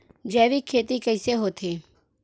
जैविक खेती कइसे होथे?